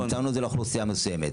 צמצמנו את זה לאוכלוסייה מסוימת,